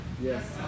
yes